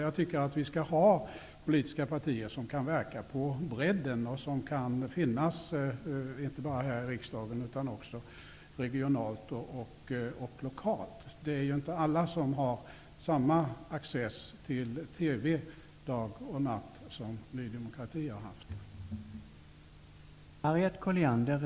Jag tycker att vi skall ha politiska partier som kan verka på bredden och verka inte bara här i riksdagen utan också regionalt och lokalt. Det är inte alla som har samma access till TV dag och natt som Ny demokrati har haft.